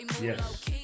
yes